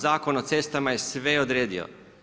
Zakon o cestama je sve odredio.